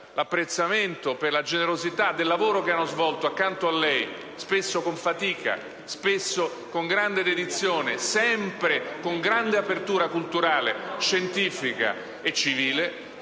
l'apprezzamento per la generosità del lavoro svolto accanto a lei, spesso con fatica e con grande dedizione, sempre con grande apertura culturale, scientifica e civile: